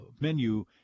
menu